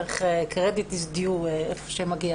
צריך לתת לו קרדיט היכן שמגיע.